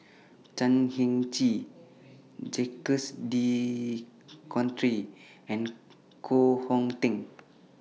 Chan Heng Chee Jacques De Coutre and Koh Hong Teng